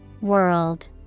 World